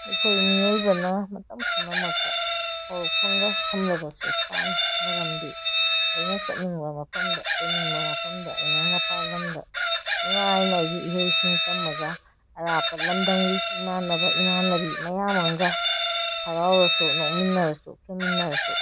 ꯑꯩꯈꯣꯏ ꯃꯤꯑꯣꯏꯕꯅ ꯃꯇꯝ ꯄꯨꯝꯅꯃꯛꯇ ꯍꯧꯔꯛꯐꯝꯒ ꯁꯝꯅꯕꯁꯦ ꯄꯥꯝꯏ ꯃꯔꯝꯗꯤ ꯑꯩꯅ ꯆꯠꯅꯤꯡꯕ ꯃꯐꯝꯗ ꯀꯣꯏꯅꯤꯡꯕ ꯃꯐꯝꯗ ꯑꯩꯅ ꯃꯄꯥꯜꯂꯝꯗ ꯅꯨꯡꯉꯥꯏꯅ ꯏꯍꯩ ꯏꯁꯤꯡ ꯇꯝꯃꯒ ꯑꯔꯥꯞꯄ ꯂꯝꯗꯝꯒꯤ ꯏꯃꯥꯟꯅꯕ ꯏꯃꯥꯟꯅꯕꯤ ꯃꯌꯥꯝ ꯑꯃꯒ ꯍꯔꯥꯎꯔꯁꯨ ꯅꯣꯛꯃꯤꯟꯅꯔꯁꯨ ꯍꯤꯡꯃꯤꯟꯅꯔꯁꯨ